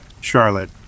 Charlotte